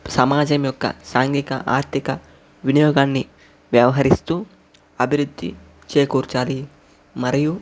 సమాజం యొక్క సాంఘిక ఆర్థిక వినియోగాన్ని వ్యవహరిస్తు అభివృద్ధి చేకూర్చాలి మరియు